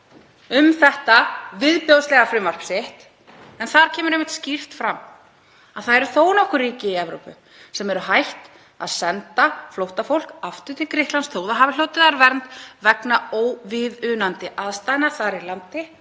um þetta viðbjóðslega frumvarp hans. Þar kemur einmitt skýrt fram að það eru þó nokkur ríki í Evrópu sem eru hætt að senda flóttafólk aftur til Grikklands þótt það hafi hlotið þar vernd vegna óviðunandi aðstæðna þar í landi,